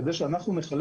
כדי לחלק